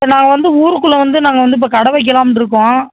இப்போ நாங்கள் வந்து ஊருக்குள்ளே வந்து நாங்கள் வந்து இப்போ கடை வைக்கலாம்ட்டுருக்கோம்